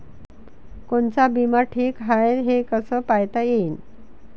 कोनचा बिमा ठीक हाय, हे कस पायता येईन?